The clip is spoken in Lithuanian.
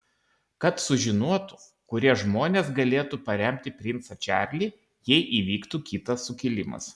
kad sužinotų kurie žmonės galėtų paremti princą čarlį jei įvyktų kitas sukilimas